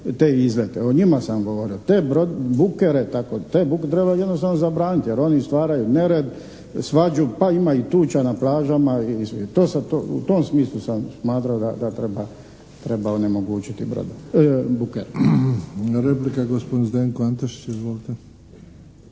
te izlete. O njima sam govorio. Te bukere treba jednostavno zabraniti, jer oni stvaraju nered, svađu, pa ima i tuča na plažama. U tom smislu sam smatrao da treba onemogućiti bukere. **Bebić, Luka (HDZ)** Replika, gospodin Zdenko Antešić. Izvolite.